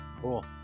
Cool